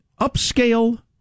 upscale